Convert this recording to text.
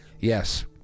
Yes